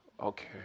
okay